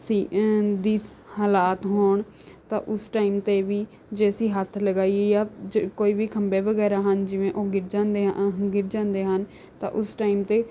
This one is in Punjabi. ਸੀ ਦੀ ਹਾਲਾਤ ਹੋਣ ਤਾਂ ਉਸ ਟਾਇਮ 'ਤੇ ਵੀ ਜੇ ਅਸੀਂ ਹੱਥ ਲਗਾਈਏ ਜਾਂ ਜੇ ਕੋਈ ਵੀ ਖੰਭੇ ਵਗੈਰਾ ਹਨ ਜਿਵੇਂ ਉਹ ਗਿਰ ਜਾਂਦੇ ਆ ਹ ਗਿਰ ਜਾਂਦੇ ਹਨ ਤਾਂ ਉਸ ਟਾਇਮ 'ਤੇ